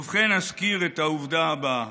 ובכן, אזכיר את העובדה הבאה,